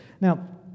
Now